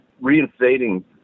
reinstating